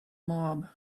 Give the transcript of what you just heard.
mob